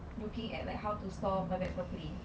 looking at how to store my bags properly